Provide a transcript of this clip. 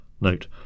Note